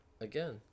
Again